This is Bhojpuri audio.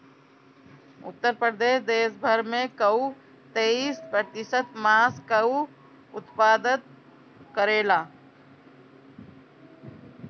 उत्तर प्रदेश देस भर कअ तेईस प्रतिशत मांस कअ उत्पादन करेला